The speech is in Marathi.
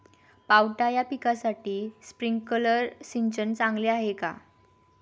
पावटा या पिकासाठी स्प्रिंकलर सिंचन चांगले आहे का?